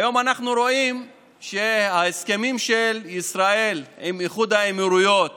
היום אנחנו רואים שההסכמים של ישראל עם איחוד האמירויות